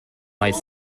might